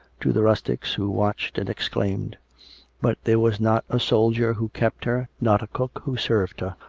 to the rustics who watched and exclaimed but there was not a soldier who kept her, not a cook who served,